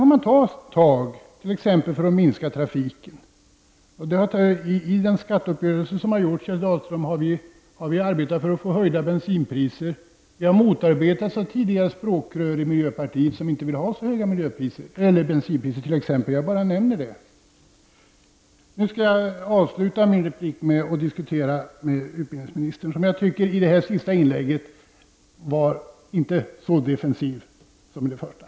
I den skatteuppgörelse som har gjorts, Kjell Dahlström, har vi tagit tag i problemet med att minska trafiken genom att arbeta för att få höjda bensinpriser. Vi har motarbetats av tidigare språkrör i miljöpartiet som inte vill ha så höga bensinpriser. Jag bara nämner detta. Jag skall ägna resten av mitt inlägg åt att diskutera med utbildningsministern, som jag tycker i det senaste inlägget inte var så defensiv som i det första.